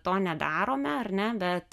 to nedarome ar ne bet